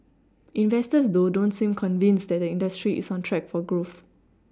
investors though don't seem convinced that the industry is on track for growth